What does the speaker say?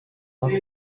бага